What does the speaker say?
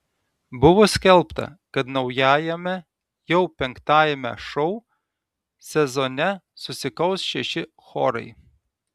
buvo skelbta kad naujajame jau penktajame šou sezone susikaus šeši chorai